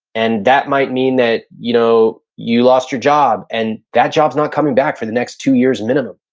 and that might mean that you know you lost your job, and that job's not coming back for the next two years, minimum.